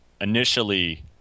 initially